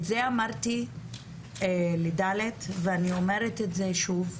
את זה אמרתי ל-ד' ואני אומרת את זה שוב.